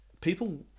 people